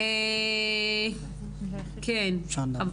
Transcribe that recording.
אני אשמח לדעת.